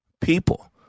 People